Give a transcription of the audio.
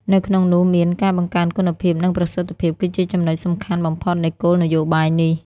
នៅក្នុងនោះមាន ការបង្កើនគុណភាព និងប្រសិទ្ធភាព គឺជាចំណុចសំខាន់បំផុតនៃគោលនយោបាយនេះ។